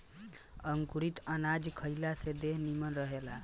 अंकुरित अनाज खइला से देह निमन रहेला